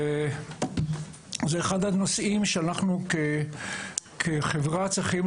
זה אחד הנושאים שאנחנו כחברה חייבים